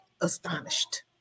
astonished